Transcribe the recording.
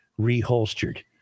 reholstered